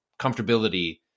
comfortability